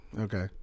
Okay